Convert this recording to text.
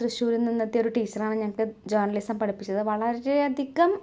തൃശൂരിൽ നിന്നെത്തിയ ഒരു ടീച്ചറാണ് ഞങ്ങൾക്ക് ജേണലിസം പഠിപ്പിച്ചത് വളരെയധികം